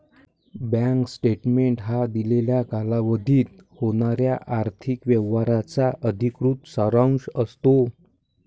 bank statement हा दिलेल्या कालावधीत होणाऱ्या आर्थिक व्यवहारांचा अधिकृत सारांश असतो